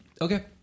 Okay